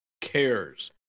cares